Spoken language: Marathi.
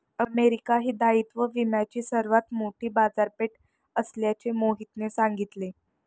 अमेरिका ही दायित्व विम्याची सर्वात मोठी बाजारपेठ असल्याचे मोहितने सांगितले